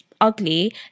ugly